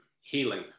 healing